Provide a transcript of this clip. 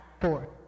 four